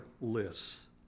lists